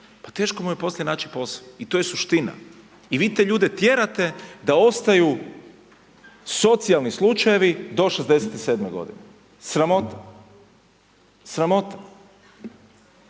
pa teško mu je poslije naći posao i to je suština i vi te ljude tjerate da ostaju socijalni slučajevi do 67 godine, sramota, sramota.